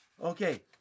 Okay